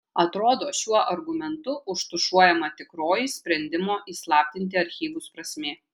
atrodo šiuo argumentu užtušuojama tikroji sprendimo įslaptinti archyvus prasmė